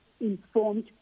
informed